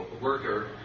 worker